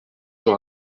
sur